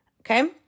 Okay